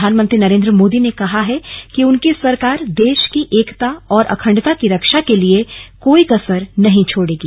वहीं प्रधानमंत्री नरेन्द्र मोदी ने कहा है कि उनकी संरकार देश की एकता और अखंडता की रक्षा के लिए कोई कसर नहीं छोड़ेगी